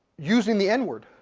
using the n word